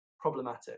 problematic